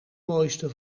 mooiste